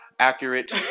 Accurate